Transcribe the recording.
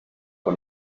con